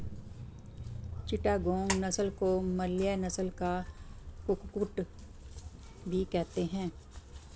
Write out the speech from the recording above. चिटागोंग नस्ल को मलय नस्ल का कुक्कुट भी कहते हैं